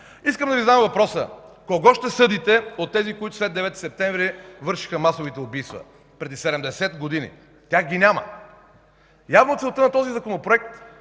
Искам да Ви задам въпроса: кого ще съдите от тези, които след 9 септември вършеха масовите убийства? Преди 70 години! Тях ги няма! Явно целта на този Законопроект не